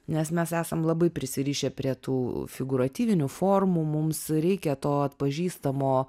nes mes esam labai prisirišę prie tų figūratyvinių formų mums reikia to atpažįstamo